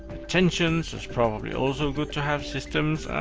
attentions is probably also good to have. systems?